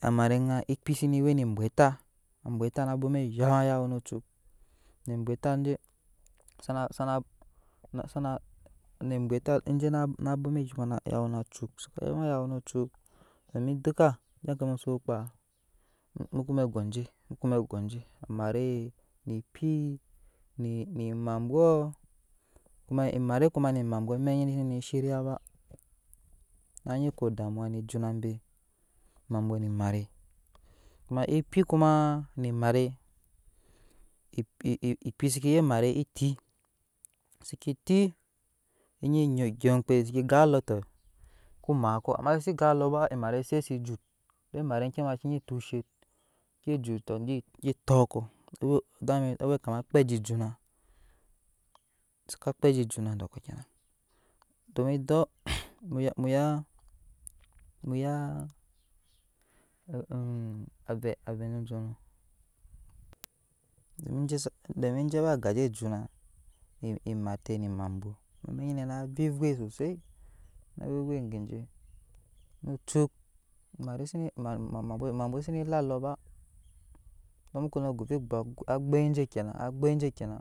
Amare ana ekpi zene wene bwetta bwetta na bwome zhoma ayawo no cuk na abe ta saka zhoma ayawo no cuk domin duka egya e mu so kpaa mu k gje mare ne kpi nene emambwo kuma mare kuma ne mambwo mek nyine zene sheriya ba anyi ko damuwa ne juna je mambwo ne mare kuma ekpi kuma ne mare e e e ekpi sekeye mare eti seke ti enyi gyap oŋmkpede seke gan dɔɔtɔ kuma ko amaseke si gan olɔɔ ba emae se se jut domi mare kema kenyi toshet si bi jut to ke tɔɔkɔ owɛ da ma ibe kpa ne kpɛ ji juna saka kpɛ ji juna duk ko kyena domi duk muya muya abe ave jo jo nɔ domi jesu domi je we agaje eju na emate ne emabwlo a mɛk nyinɛ na voivoi sosoi na voivoi ege je no cuk zene lalo ba se mukono gbashe go agbai je kyena agbai jekyena